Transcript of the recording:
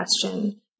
question